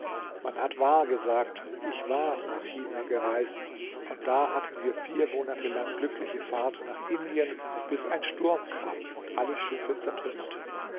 man hat wahr gesagt ich war nach china gereist von da hatten wir vier monate lang glückliche fahrt nach indien bis ein sturm kam und alle schiffe zertrümmerte